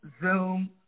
Zoom